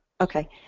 Okay